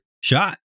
shot